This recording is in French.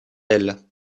elle